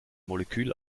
molekül